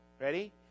Ready